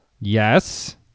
Yes